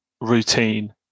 routine